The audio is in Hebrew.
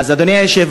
אז, אדוני היושב-ראש,